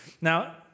Now